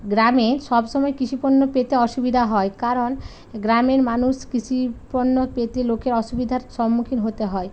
গ্রামে সব সময় কৃষিপণ্য পেতে অসুবিধা হয় কারণ গ্রামের মানুষ কৃষিপণ্য পেতে লোকের অসুবিধার সম্মুখীন হতে হয়